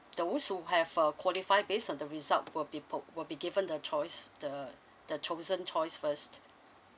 they also have uh qualified based on the result will people will be given the choice the the chosen choice first